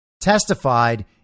testified